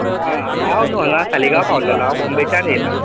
आ हांव न्हू हांगा सालिगांव पावल्ललो हांव बॉम्बेच्यान येयला